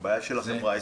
בעיה של החברה הישראלית.